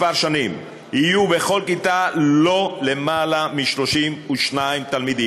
שנים יהיו בכל כיתה לא יותר מ-32 תלמידים,